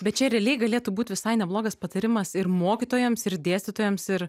bet čia realiai galėtų būt visai neblogas patarimas ir mokytojams ir dėstytojams ir